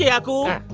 yeah uncle.